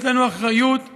יש לנו אחריות כלפיהם,